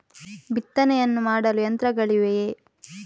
ಬಿತ್ತನೆಯನ್ನು ಮಾಡಲು ಯಂತ್ರಗಳಿವೆಯೇ?